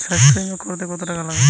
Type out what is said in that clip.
স্বাস্থ্যবীমা করতে কত টাকা লাগে?